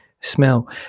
smell